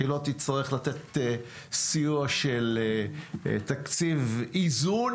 היא לא תצטרך לתת סיוע של תקציב איזון